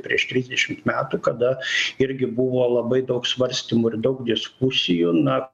prieš trisdešimt metų kada irgi buvo labai daug svarstymų ir daug diskusijų na